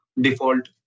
default